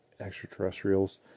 extraterrestrials